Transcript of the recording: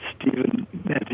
Stephen